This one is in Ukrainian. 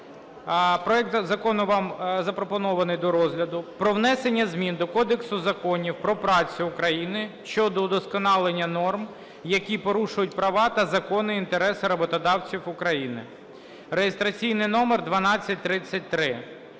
проект закону вам запропонований до розгляду, про внесення змін до Кодексу законів про працю України (щодо усунення норм, які порушують права та законі інтереси роботодавців України) (реєстраційний номер 1233).